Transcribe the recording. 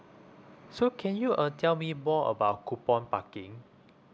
so can you uh tell me more about coupon parking